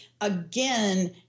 again